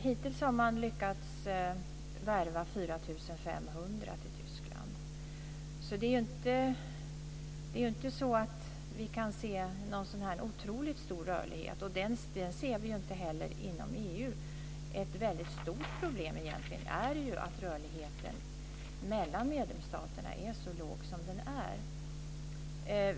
Hittills har man lyckats värva 4 500 till Tyskland. Vi kan alltså inte se någon otroligt stor rörlighet, inte heller i övrigt inom EU. Det är egentligen ett väldigt stort problem att rörligheten mellan medlemsstaterna är så låg som den är.